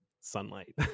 sunlight